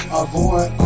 avoid